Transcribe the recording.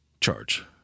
charge